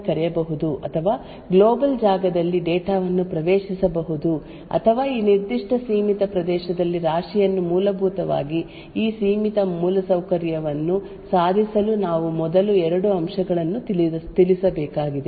ಮತ್ತೊಂದೆಡೆ ಈ ಸೀಮಿತ ಪ್ರದೇಶದಲ್ಲಿನ ಒಂದು ಕಾರ್ಯವು ಈ ಪ್ರದೇಶದಲ್ಲಿ ಮತ್ತೊಂದು ಕಾರ್ಯವನ್ನು ನೇರವಾಗಿ ಕರೆಯಬಹುದು ಅಥವಾ ಜಾಗತಿಕ ಜಾಗದಲ್ಲಿ ಡೇಟಾ ವನ್ನು ಪ್ರವೇಶಿಸಬಹುದು ಅಥವಾ ಈ ನಿರ್ದಿಷ್ಟ ಸೀಮಿತ ಪ್ರದೇಶದಲ್ಲಿ ರಾಶಿಯನ್ನು ಮೂಲಭೂತವಾಗಿ ಈ ಸೀಮಿತ ಮೂಲಸೌಕರ್ಯವನ್ನು ಸಾಧಿಸಲು ನಾವು ಮೊದಲು ಎರಡು ಅಂಶಗಳನ್ನು ತಿಳಿಸಬೇಕಾಗಿದೆ